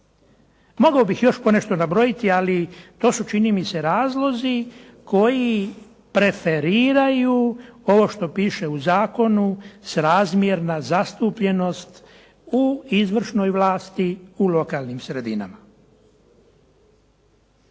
Mogao bih još ponešto nabrojiti, ali to su čini mi se razlozi koji preferiraju ovo što piše u zakonu s razmjerna zastupljenost u izvršenoj vlasi u lokalnim sredinama.